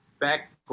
back